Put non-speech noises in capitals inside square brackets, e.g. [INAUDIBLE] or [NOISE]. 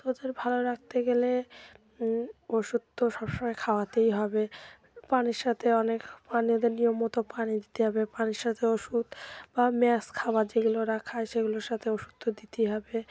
তো ওদের ভালো রাখতে গেলে ওষুধ তো সবসময় খাওয়াতেই হবে পানির সাথে অনেক পানিদের নিয়ম মতো পানি দিতে হবে পানির সাথে ওষুধ বা [UNINTELLIGIBLE] খাবার যেগুলো ওরা খায় সেগুলোর সাথে ওষুধ তো দিতেই হবে